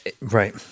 Right